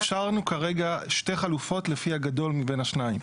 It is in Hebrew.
אפשרנו כרגע שתי חלופות לפי הגדול מבין השניים.